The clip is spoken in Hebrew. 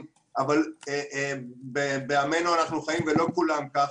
אבל בעמנו אנחנו חיים ולא כולם ככה.